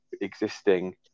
existing